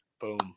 Boom